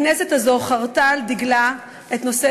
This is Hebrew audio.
הכנסת הזאת חרתה על דגלה את נושא